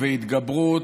והתגברות,